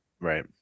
Right